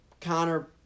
Connor